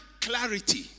clarity